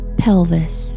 pelvis